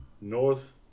north